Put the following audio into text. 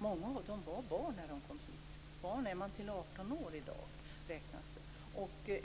Många av dem var barn när de kom hit. Barn räknas man som upp till 18 år i dag.